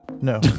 no